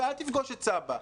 ואל תפגוש את סבא.